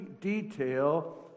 detail